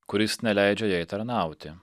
kuris neleidžia jai tarnauti